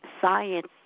science